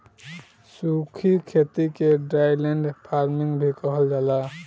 सूखी खेती के ड्राईलैंड फार्मिंग भी कहल जाला